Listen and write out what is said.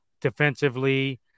defensively